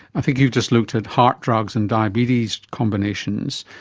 i think you just looked at heart drugs and diabetes combinations,